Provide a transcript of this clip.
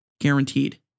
guaranteed